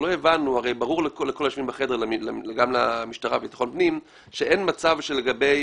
ברור לכל היושבים בחדר שאין מצב שלגבי